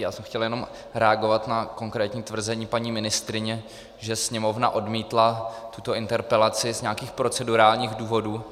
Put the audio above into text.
Já jsem chtěl jenom reagovat na konkrétní tvrzení paní ministryně, že Sněmovna odmítla tuto interpelaci z nějakých procedurálních důvodů.